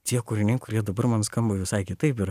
tie kūriniai kurie dabar man skamba visai kitaip ir